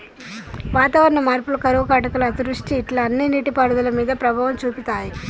వాతావరణ మార్పులు కరువు కాటకాలు అతివృష్టి ఇట్లా అన్ని నీటి పారుదల మీద ప్రభావం చూపితాయ్